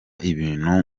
ibintu